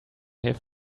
have